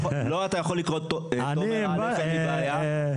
יכול לקרוא תומר א' בלי בעיה,